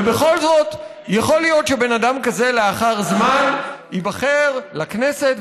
ובכל זאת יכול להיות שבן אדם כזה לאחר זמן ייבחר לכנסת,